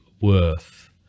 worth